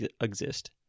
exist